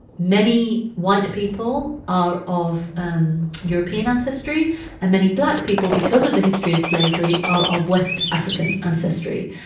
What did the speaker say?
many white people are of um european ancestry and many black people, because of the history of slavery, are of west african ancestry.